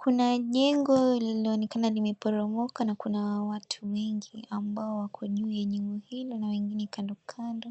Kuna jengo linaonekana limeporomoka na kuna watu wengi ambao wako juu ya eneo hilo na wengine kando kando.